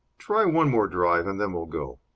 try one more drive, and then we'll go.